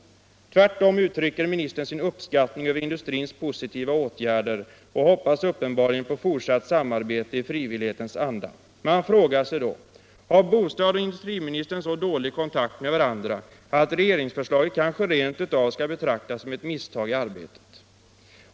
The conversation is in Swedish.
Tvärtom uttrycker ministern sin uppskattning över industrins positiva åtgärder och hoppas uppenbarligen på fortsatt samarbete i frivillighetens anda. Man frågar sig då: Har bostadsministern och industriministern så dålig kontakt med varandra att regeringsförslaget kanske rent av skall betraktas som ett misstag i arbetet?